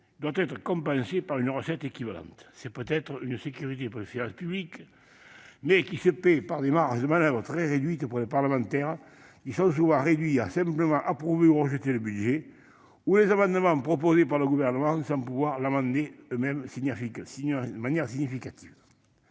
doit être compensée par une recette équivalente. C'est peut-être une sécurité pour les finances publiques, mais qui se paye par des marges de manoeuvre très restreintes pour les parlementaires, souvent réduits à approuver ou rejeter le budget ou les amendements proposés par le Gouvernement, sans pouvoir, eux-mêmes, amender significativement